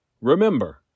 Remember